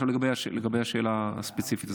עכשיו לגבי השאלה הספציפית.